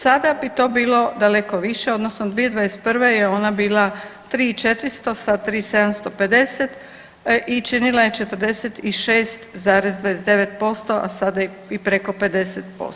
Sada bi to bilo daleko više odnosno 2021. je ona bila 3.400, sada 3.750 i činila je 46,29%, a sada i preko 50%